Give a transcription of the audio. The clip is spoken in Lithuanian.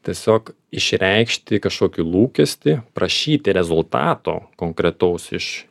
tiesiog išreikšti kažkokį lūkestį prašyti rezultato konkretaus iš